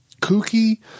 kooky